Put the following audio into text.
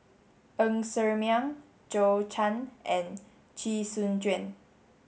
Ng Ser Miang Zhou Can and Chee Soon Juan